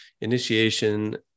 initiation